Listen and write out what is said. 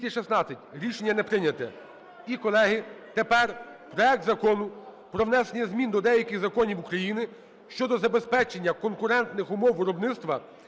За-216 Рішення не прийнято. І, колеги, тепер проект Закону про внесення змін до деяких законів України щодо забезпечення конкурентних умов виробництва